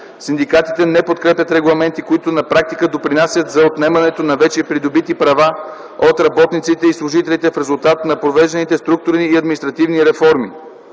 Синдикатите, не подкрепят регламенти, които на практика допринасят за отнемането на вече придобити права от работниците и служителите в резултат на провежданите структурни и административни реформи.